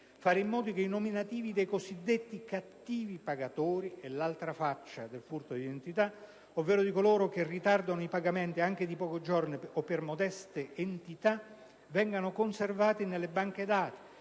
fare in modo che i nominativi dei cosiddetti cattivi pagatori (è l'altra faccia del furto di identità), ovvero di coloro che ritardano i pagamenti anche di pochi giorni o per modeste entità, vengano conservati nelle banche dati,